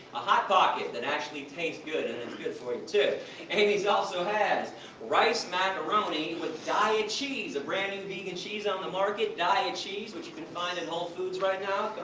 a hot pocket, that actually tastes good and is good for you too! and amy's also has rice macaroni with daiya cheese! a brand new vegan cheese on the market, daiya cheese, which you can find at whole foods, right now.